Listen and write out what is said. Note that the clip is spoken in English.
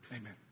Amen